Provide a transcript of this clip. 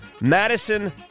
Madison